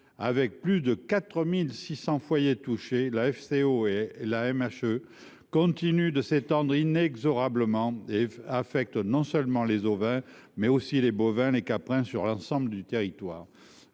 Avec plus de 4 600 foyers touchés, la FCO et la MHE continuent de s’étendre inexorablement et affectent non seulement les ovins, mais encore les bovins et les caprins sur l’ensemble du territoire.